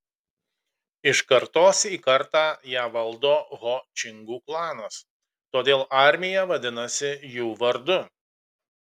iš kartos į kartą ją valdo ho čingų klanas todėl armija vadinasi jų vardu